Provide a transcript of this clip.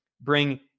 bring